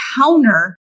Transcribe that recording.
counter